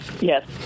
Yes